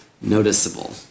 noticeable